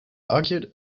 argued